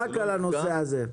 רק על הנושא הזה.